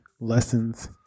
lessons